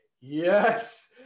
yes